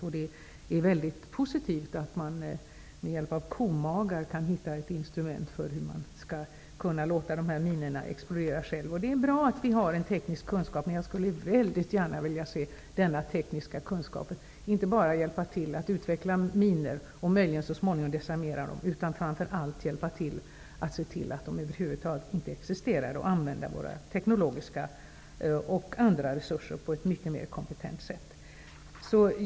Det är väldigt positivt att man med hjälp av komagar kan hitta ett instrument för att låta dessa minor explodera själva. Det är bra att vi har en teknisk kunskap, men jag skulle väldigt gärna vilja se att denna tekniska kunskap inte bara används för att utveckla minor och att möjligen så småningom desarmera dem. I stället bör man framför allt se till att de över huvud taget inte existerar och att man använder teknologiska och andra resurser på ett mycket mer kompetent sätt.